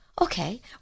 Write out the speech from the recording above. okay